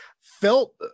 felt